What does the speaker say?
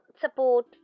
support